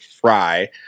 Fry